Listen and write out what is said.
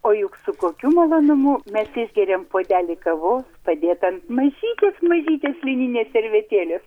o juk su kokiu malonumu mes išgeriam puodelį kavos padėtą ant mažytės mažytės lininės servetėlės